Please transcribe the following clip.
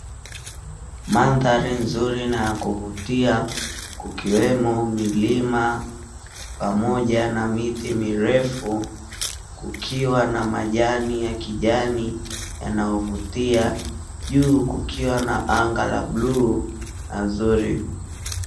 Mandhari nzuri na ya kuvutia kukiwemo milima pamoja na miti mirefu, kukiwa na majani yaani yanayovutia, juu kukiwa na anga la bluu na zuri.